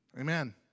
Amen